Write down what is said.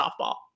softball